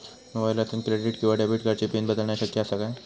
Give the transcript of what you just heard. मोबाईलातसून क्रेडिट किवा डेबिट कार्डची पिन बदलना शक्य आसा काय?